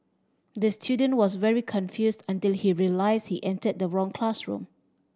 the student was very confused until he realised he entered the wrong classroom